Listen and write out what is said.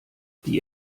die